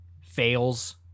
Fails